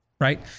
Right